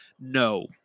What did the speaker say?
No